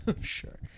Sure